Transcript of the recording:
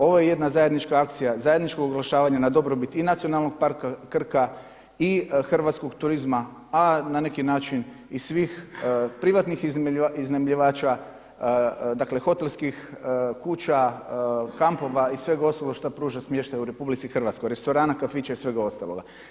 Ovo je jedna zajednička akcija, zajedničko oglašavanje na dobrobit i Nacionalnog parka Krka i hrvatskog turizma a na neki način i svih privatnih iznajmljivača dakle hotelskih kuća, kampova i svega ostalog šta pruža smještaj u RH, restorana, kafića i svega ostaloga.